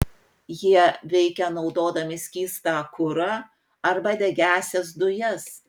jie veikia naudodami skystą kurą arba degiąsias dujas